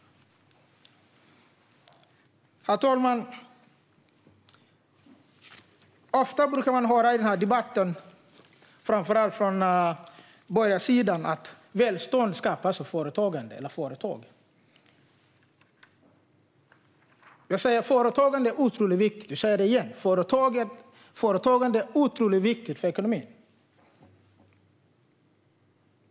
Herr talman! Ofta brukar man höra i denna debatt, framför allt från den borgerliga sidan, att välstånd skapas av företag. Företagande är otroligt viktigt för ekonomin.